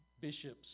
bishops